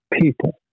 people